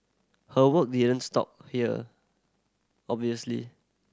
her work didn't stop here obviously